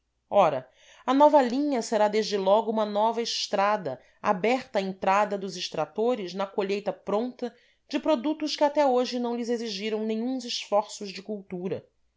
ora a nova linha será desde logo uma nova estrada aberta à entrada dos extratores na colheita pronta de produtos que até hoje não lhes exigiram nenhuns esforços de cultura